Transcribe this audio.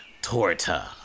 Torta